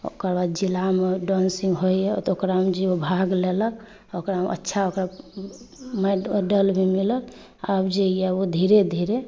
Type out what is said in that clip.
ओकर बाद जिलामे डान्सिङ्ग होइए तऽ ओकरामे जे ओ भाग लेलक ओहिमे अच्छा ओकरा मेडल भी मिलल आब जे अइ ओ धीरे धीरे